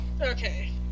okay